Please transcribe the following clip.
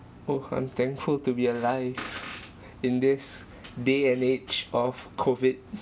oh I'm thankful to be alive in this day and age of COVID